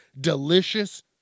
delicious